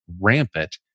rampant